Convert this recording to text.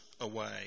away